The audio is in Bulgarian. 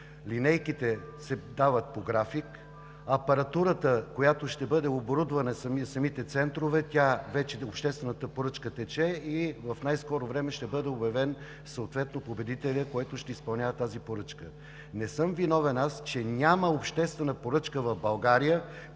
Линейките се дават по график, за апаратурата, която ще бъде оборудвана и е за самите центрове, обществената поръчка тече и в най-скоро време ще бъде обявен съответно победителят, който ще изпълнява тази поръчка. Не съм виновен аз, че няма обществена поръчка в България,